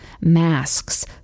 masks